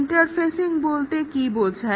interfacing বলতে কী বোঝায়